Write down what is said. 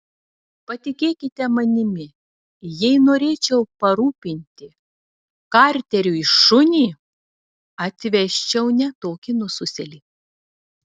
patikėkite manimi jei norėčiau parūpinti karteriui šunį atvesčiau ne tokį nususėlį